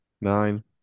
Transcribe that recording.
Nine